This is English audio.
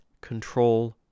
Control